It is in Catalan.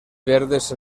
verdes